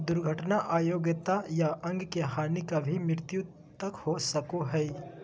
दुर्घटना अयोग्यता या अंग के हानि कभी मृत्यु तक हो सको हइ